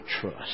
trust